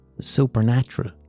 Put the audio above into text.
supernatural